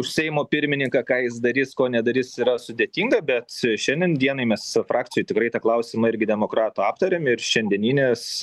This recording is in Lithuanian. seimo pirmininką ką jis darys ko nedarys yra sudėtinga bet šiandien dienai mes frakcijoj tikrai tą klausimą irgi demokratų aptarėm ir šiandieninės